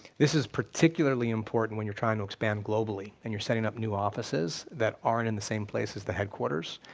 this is particularly important when you're trying to expand globally and you're setting up new offices that aren't in the same place as the headquarters,